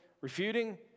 refuting